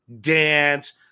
dance